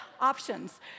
options